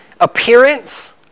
Appearance